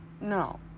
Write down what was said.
no